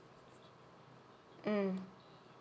mm